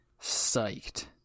psyched